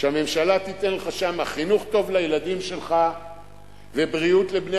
שהממשלה תיתן לך שם חינוך טוב לילדים שלך ובריאות לבני